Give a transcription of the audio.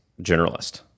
generalist